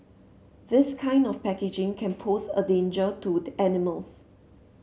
this kind of packaging can pose a danger to the animals